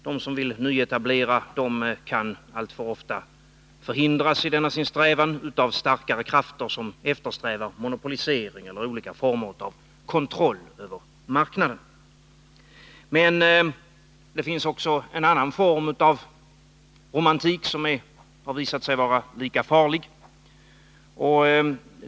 De som vill nyetablera kan alltför ofta förhindras i denna sin strävan av starkare krafter som eftersträvar monopolisering eller olika former av kontroll över marknaden. Men det finns också en annan form av romantik som har visat sig vara lika farlig.